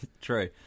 True